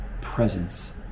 Presence